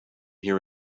here